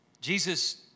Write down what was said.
Jesus